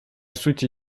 сути